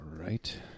right